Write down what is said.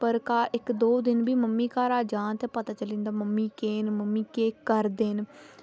पर इक्क दौ दिन बी मम्मी घरा जा ते पता चली जंदा मम्मी केह् न मम्मी केह् करदे न